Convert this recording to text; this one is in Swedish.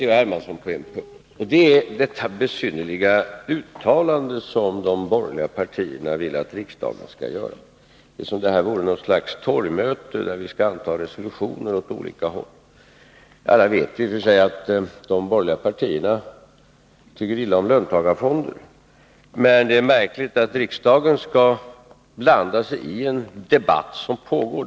Hermansson på en punkt, och det gäller det besynnerliga uttalande som de borgerliga partierna vill att riksdagen skall göra — som om det här vore något slags torgmöte där vi skall anta resolutioner åt olika håll. Alla vet i och för sig att de borgerliga partierna tycker illa om löntagarfonder. Men det är märkligt att riksdagen skall blanda sig i en debatt som pågår.